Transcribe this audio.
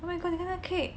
oh my god 你看那个 cake